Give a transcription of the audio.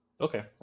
Okay